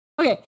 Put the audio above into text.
okay